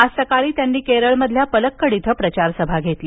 आज सकाळी त्यांनी केरळमधील पलक्कड इथं प्रचार सभा घेतली